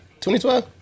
2012